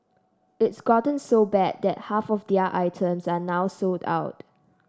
it's gotten so bad that half of their items are now sold out